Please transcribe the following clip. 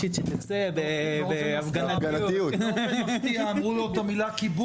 זה מין מציאות שבה הכלכלה אומרת שאתה,